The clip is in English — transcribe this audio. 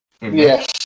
Yes